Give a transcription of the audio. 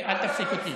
אל תפסיק אותי.